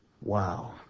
Wow